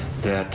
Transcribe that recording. that